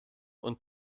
und